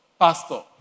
Pastor